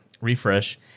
refresh